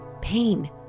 pain